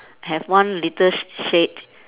have one little sh~ shade